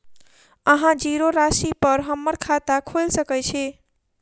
अहाँ जीरो राशि पर हम्मर खाता खोइल सकै छी?